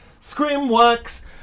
Scrimworks